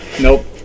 Nope